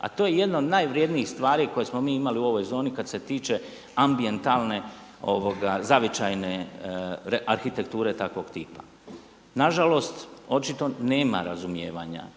a to je jedna od najvrjednijih stvari koje smo mi imali u ovoj zoni kad se tiče ambijentalne zavičajne arhitekture takvog tipa. Na žalost očito nema razumijevanja.